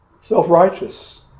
self-righteous